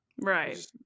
Right